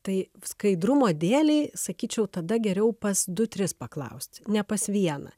tai skaidrumo dėlei sakyčiau tada geriau pas du tris paklausti ne pas vieną